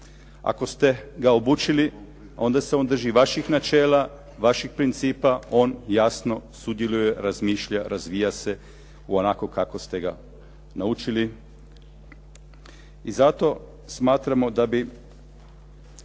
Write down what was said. Ako ste ga obučili onda se on drži vaših načela, vaših principa. On jasno sudjeluje, razmišlja, razvija se u onako kako ste ga naučili i zato smatramo da bi